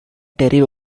terry